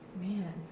man